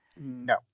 No